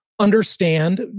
Understand